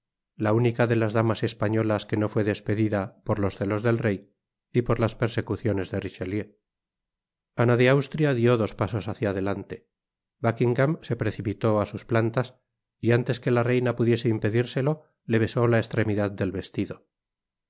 la única de las damas españolas que no fué despedida por los celos del rey y por las persecuciones derichelieu ana de austria dió dos pasos hácia adelante buckingam se precipitó á sus plantas y antes que la reina pudiese impedirselo le besó la estremidad del vestido